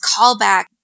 callback